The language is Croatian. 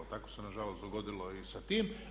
Tako se nažalost dogodilo i sa tim.